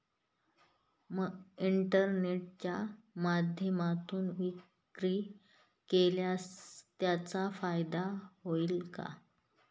इंटरनेटच्या माध्यमातून विक्री केल्यास त्याचा फायदा होईल का?